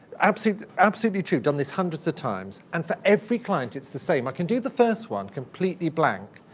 absolutely absolutely true. done this hundreds of times. and for every client it's the same. i can do the first one completely blank,